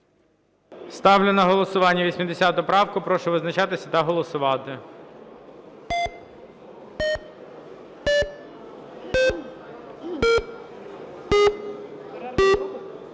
Ставлю на голосування 80 правку. Прошу визначатися та голосувати.